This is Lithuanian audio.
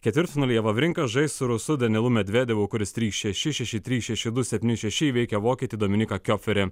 ketvirtfinalyje vavrinka žais su rusu danilu medvedevu kuris trys šeši šeši trys šeši du septyni šeši įveikė vokietį dominiką kioferį